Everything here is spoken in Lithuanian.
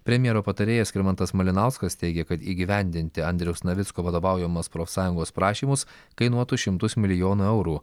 premjero patarėjas skirmantas malinauskas teigia kad įgyvendinti andriaus navicko vadovaujamos profsąjungos prašymus kainuotų šimtus milijonų eurų